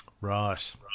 right